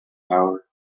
power